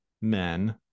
men